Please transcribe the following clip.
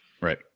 Right